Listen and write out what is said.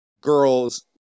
girls